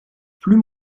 plus